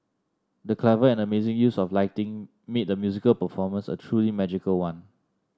the clever and amazing use of lighting made the musical performance a truly magical one